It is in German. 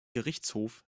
gerichtshof